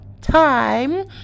time